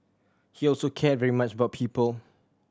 he also cared very much about people